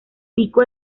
pico